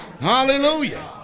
Hallelujah